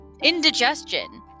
indigestion